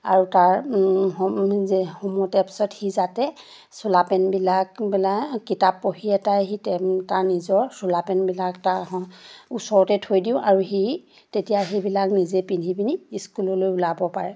আৰু তাৰ সোমাই দিয়াৰ পিছত সি যাতে চোলা পেণ্টবিলাক বেলেগ কিতাপ পঢ়ি এটাই সি তাৰ নিজৰ চোলা পেণ্টবিলাক তাৰ ওচৰতে থৈ দিওঁ আৰু সি তেতিয়া সেইবিলাক নিজে পিন্ধি পিনি স্কুললৈ ওলাব পাৰে